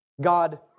God